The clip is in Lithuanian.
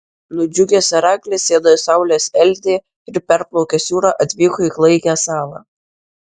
nudžiugęs heraklis sėdo į saulės eldiją ir perplaukęs jūrą atvyko į klaikią salą